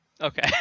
Okay